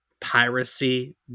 piracy